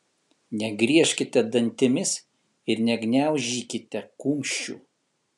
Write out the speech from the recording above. negriežkite dantimis ir negniaužykite kumščių